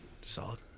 Solid